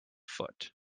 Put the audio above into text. foot